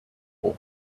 vor